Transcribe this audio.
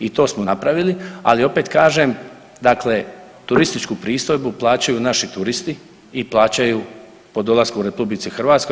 I to smo napravili, ali opet kažem turističku pristojbu plaćaju naši turisti i plaćaju po dolasku u RH.